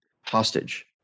hostage